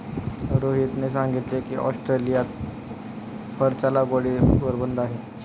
रोहितने सांगितले की, ऑस्ट्रेलियात फरच्या लागवडीवर बंदी आहे